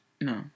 No